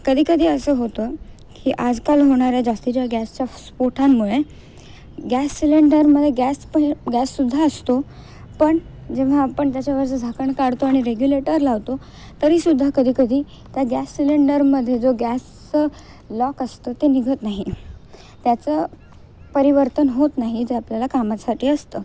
कधीकधी असं होतं की आजकाल होणाऱ्या जास्तीच्या गॅसच्या स्फोटांमुळे गॅस सिलेंडरमध्ये गॅस पहि गॅससुद्धा असतो पण जेव्हा आपण त्याच्यावरचं झाकण काढतो आणि रेग्युलेटर लावतो तरीसुद्धा कधीकधी त्या गॅस सिलेंडरमध्ये जो गॅसचं लॉक असतं ते निघत नाही त्याचं परिवर्तन होत नाही जे आपल्याला कामासाठी असतं